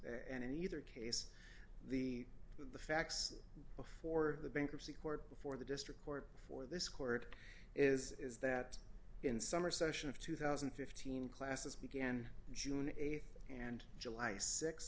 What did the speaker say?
and either case the the facts before the bankruptcy court before the district court before this court is is that in summer session of two thousand and fifteen classes began in june th and july